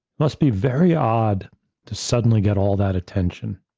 must be very odd to suddenly get all that attention.